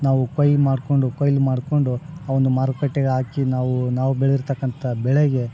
ನಾವು ಪೈರು ಮಾಡ್ಕೊಂಡು ಕೊಯ್ಲು ಮಾಡ್ಕೊಂಡು ಅವುನ್ನ ಮಾರುಕಟ್ಟೆಗೆ ಹಾಕಿ ನಾವು ನಾವು ಬೆಳೆದಿರ್ತಕ್ಕಂಥ ಬೆಳೆಗೆ